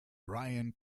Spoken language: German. brian